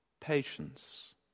patience